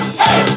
hey